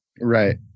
right